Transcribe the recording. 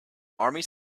armies